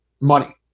money